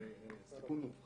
בלי הסעיף הזה פשוט נפתח